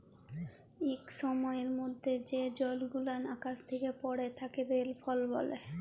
ইক সময়ের মধ্যে যে জলগুলান আকাশ থ্যাকে পড়ে তাকে রেলফল ব্যলে